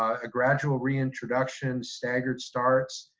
ah a gradual reintroduction, staggered starts,